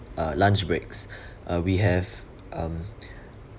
uh lunch breaks uh we have um